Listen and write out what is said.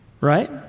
Right